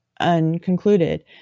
unconcluded